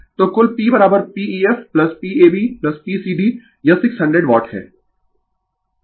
तो कुल PPef PabP cd यह 600 वाट है